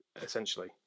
essentially